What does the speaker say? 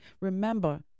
Remember